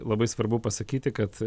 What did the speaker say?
labai svarbu pasakyti kad